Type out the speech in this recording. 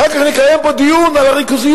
אחר כך נקיים פה דיון על הריכוזיות.